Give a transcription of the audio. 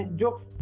jokes